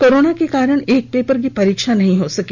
corona के कारण एक पेपर की परीक्षा नहीं हो सकी